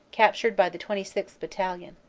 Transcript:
captured by the twenty sixth. battalion.